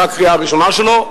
בקריאה הראשונה שלו.